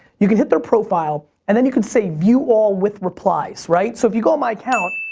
you can hit their profile, and then you can say view all with replies, right? so if you go on my account,